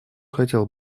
хотел